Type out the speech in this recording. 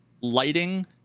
lighting